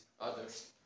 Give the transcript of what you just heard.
others